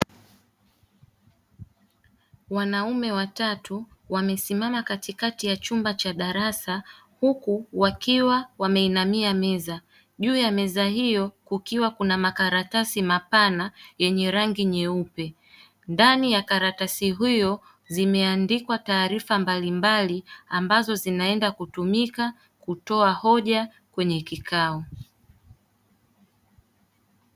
Wanaume watatu wamesimama katikati ya chumba cha darasa huku wakiwa wameinamia meza. Juu ya meza hiyo kukiwa kuna makaratasi mapana yenye rangi nyeupe. Ndani ya karatasi hiyo zimeandikwa taarifa mbalimbali ambazo zinaenda kutumika kutoa hoja kwenye kikao.